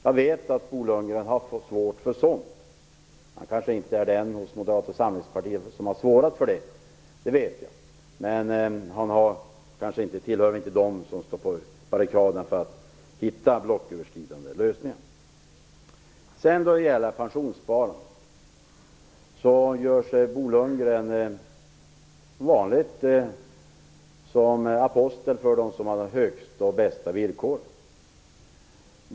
Jag vet att Bo Lundgren har svårt för sådant. Han kanske ändå inte är den i Moderata samlingspartiet som har svårast för det, men han tillhör kanske inte dem som står på barrikaderna för att hitta blocköverskridande lösningar. När det gäller pensionssparandet gör sig Bo Lundgren som vanligt till en apostel för dem som har de bästa villkoren.